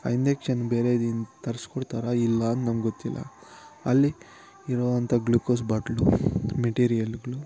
ಆ ಇಂಜೆಕ್ಷನ್ ಬೇರೇದು ಇನ್ನು ತರಿಸ್ಕೊಡ್ತಾರ ಇಲ್ಲ ನಂಗೆ ಗೊತ್ತಿಲ್ಲ ಅಲ್ಲಿ ಇರೋವಂಥ ಗ್ಲೋಕೋಸ್ ಬಾಟ್ಲು ಮೆಟೀರಿಯಲ್ಲುಗಳು